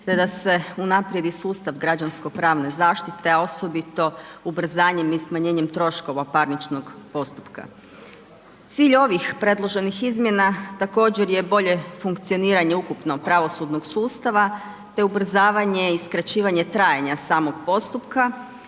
te da se unaprijed i sustav građansko pravne zaštite, a osobito ubrzanjem i smanjenjem troškova parničkog postupka. Cilj ovih predloženih izmjena također je boljeg funkcioniranje ukupnog pravosudnog sustava, te ubrzavanje i skraćivanje trajanje samog postupa,